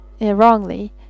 wrongly